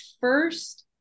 first